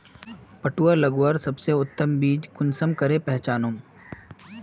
पटुआ लगवार सबसे उत्तम बीज कुंसम करे पहचानूम?